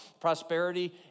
prosperity